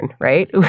Right